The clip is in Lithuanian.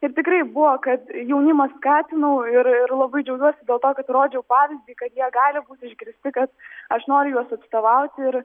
ir tikrai buvo kad jaunimą skatinau ir ir labai džiaugiuosi dėl to kad rodžiau pavyzdį kad jie gali būti išgirsti kad aš noriu juos atstovauti ir